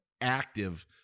active